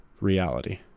reality